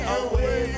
away